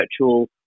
virtual